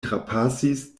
trapasis